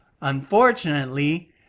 Unfortunately